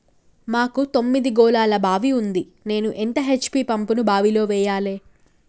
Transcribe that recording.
మాకు తొమ్మిది గోళాల బావి ఉంది నేను ఎంత హెచ్.పి పంపును బావిలో వెయ్యాలే?